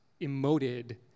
emoted